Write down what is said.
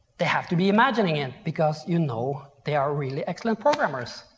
they have to be imagining it because you know, they are really excellent programmers,